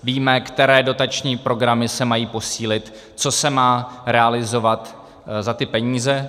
Víme, které dotační programy se mají posílit, co se má realizovat za ty peníze.